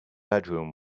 bedroom